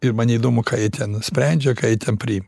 ir man neįdomu ką jie ten sprendžia ką jie ten priima